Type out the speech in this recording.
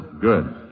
Good